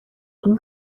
این